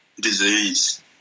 disease